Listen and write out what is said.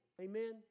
Amen